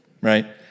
right